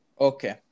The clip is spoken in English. Okay